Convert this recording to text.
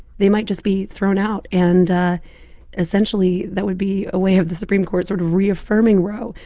they might just be thrown out. and essentially, that would be a way of the supreme court sort of reaffirming roe.